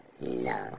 No